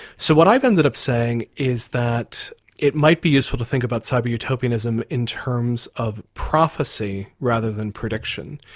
so what i've ended up saying is that it might be useful to think about cyber-utopianism in terms of prophecy rather than prediction.